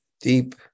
deep